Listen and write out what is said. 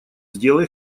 сделай